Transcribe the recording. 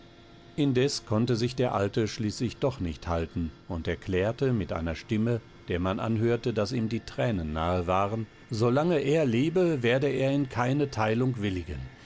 indes konnte sich der alte schließlich doch nicht halten und erklärte mit einer stimme der man anhörte daß ihm die tränen nahe waren solange er lebe werde er in keine teilung willigen